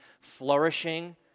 flourishing